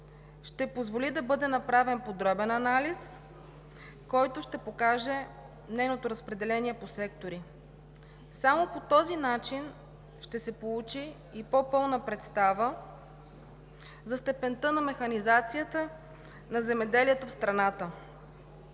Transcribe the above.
ще позволи да бъде направен подробен анализ, който ще покаже нейното разпределение по сектори. Само по този начин ще се получи и по-пълна представа за степента на механизацията на земеделието в страната.